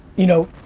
you know,